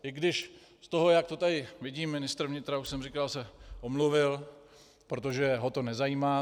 I když z toho, jak to tady vidím ministr vnitra, už jsem říkal, se omluvil, protože ho to nezajímá.